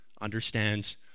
understands